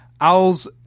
Owls